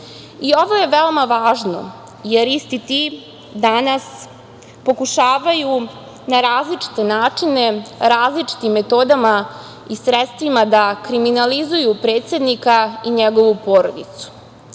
Ovo je veoma važno, jer isti ti danas pokušavaju na različite načine, različitim metodama i sredstvima da kriminalizuju predsednika i njegovu porodicu.